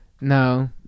No